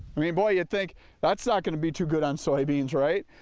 i mean boy you'd think that's not going to be too good on soybeans right.